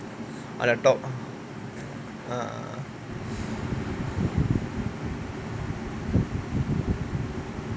ah the top ah